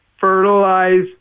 fertilize